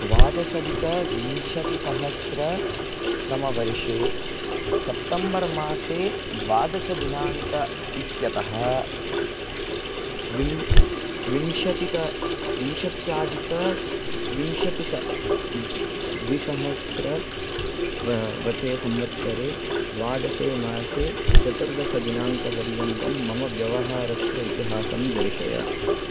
द्वादशाधिकविंशतिसहस्रतमवर्षे सप्तम्बर् मासे द्वादशदिनाङ्क इत्यतः विं विंशतित विंशत्यधिकविंशतिस द्विसहस्र व वते संवत्सरे द्वादशे मासे चतुर्दशदिनाङ्कपर्यन्तं मम व्यवहारस्य इतिहासं दर्शय